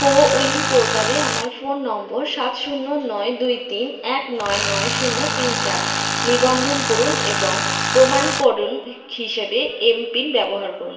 CoWIN পোর্টালে আমার phone number সাত শূন্য নয় দুই তিন এক নয় নয় শূন্য তিন চার নিবন্ধন করুন এবং প্রমাণীকরণ হিসেবে এমপিন ব্যবহার করুন